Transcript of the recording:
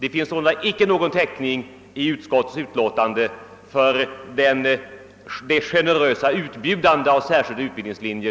I utskottets utlåtande finns sålunda ingen täckning för fru Rydings generösa utbjudande av särskilda utbildningslinjer.